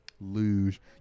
Luge